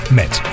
met